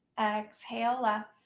exhale left.